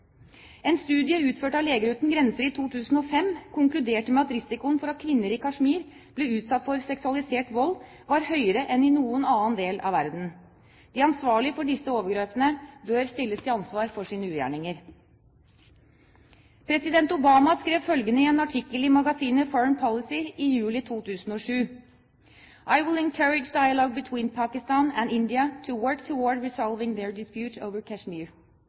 En studie utført av Leger Uten Grenser i 2005 konkluderte med at risikoen for at kvinner i Kashmir ble utsatt for seksualisert vold, var høyere enn i noen annen del av verden. De ansvarlige for disse overgrepene bør stilles til ansvar for sine ugjerninger. President Obama skrev følgende i en artikkel i magasinet Foreign Policy i juli 2007: «I will encourage dialogue between Pakistan and India to work toward resolving their dispute over